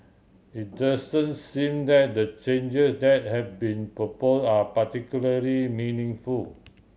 it doesn't seem that the change that have been propose are particularly meaningful